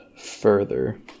further